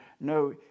No